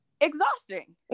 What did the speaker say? exhausting